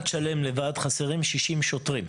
בתחנת שלם בלבד חסרים 60 שוטרים.